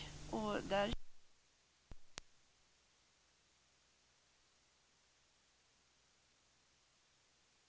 Utifrån den vetskapen känner jag att jag skulle vilja jobba för mer resurser.